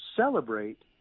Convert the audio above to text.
Celebrate